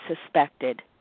suspected